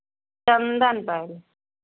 Chandan palace